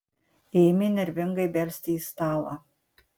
ėmė nervingai belsti į stalą